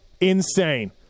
insane